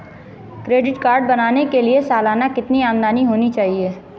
Credit card बनाने के लिए सालाना कितनी आमदनी होनी चाहिए?